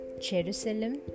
Jerusalem